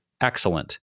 excellent